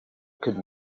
could